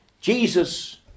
Jesus